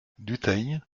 dutheil